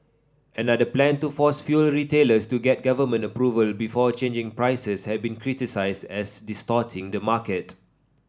another plan to force fuel retailers to get government approval before changing prices has been criticised as distorting the market